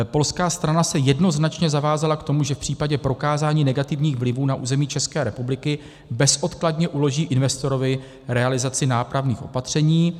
Polská strana se jednoznačně zavázala k tomu, že v případě prokázání negativních vlivů na území České republiky bezodkladně uloží investorovi realizaci nápravných opatření.